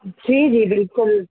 जी जी बिल्कुलु